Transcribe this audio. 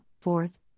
fourth